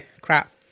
Crap